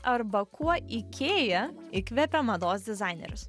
arba kuo ikea įkvepia mados dizainerius